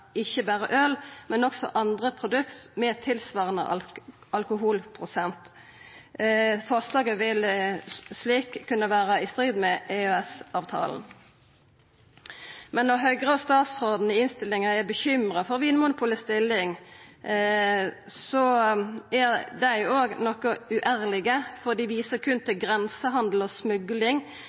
ikkje berre øl, men også andre produkt med tilsvarande alkoholprosent. Forslaget vil slik kunna vera i strid med EØS-avtala. Men når statsråden og òg Høgre i innstillinga er uroa for Vinmonopolets stilling, er dei òg noko uærlege, for dei viser berre til grensehandel og